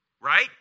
Right